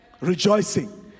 rejoicing